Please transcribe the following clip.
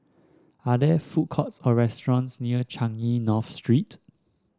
are there food courts or restaurants near Changi North Street